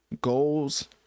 goals